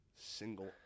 single